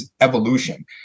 evolution